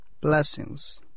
blessings